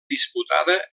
disputada